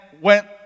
went